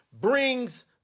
brings